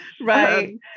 Right